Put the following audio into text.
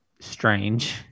strange